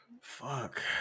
Fuck